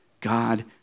God